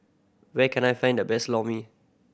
where can I find the best Lor Mee